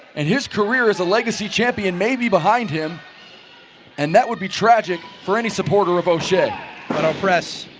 and his career as a legacy champion may be behind him and that would be tragic for any supporter of oshea but press,